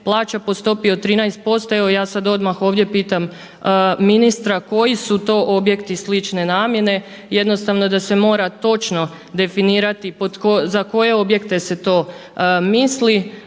plaća po stopi od 13%. Evo ja sad odmah ovdje pitam ministra koji su to objekti slične namjene jednostavno da se mora točno definirati za koje objekte se to misli,